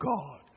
God